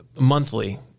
monthly